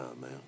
man